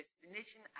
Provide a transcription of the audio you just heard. destination